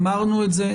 אמרנו את זה,